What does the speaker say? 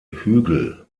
hügel